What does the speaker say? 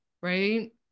Right